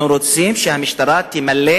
אנחנו רוצים שהממשלה תמלא